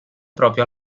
proprio